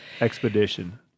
expedition